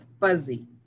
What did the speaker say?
fuzzy